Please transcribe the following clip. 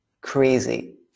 crazy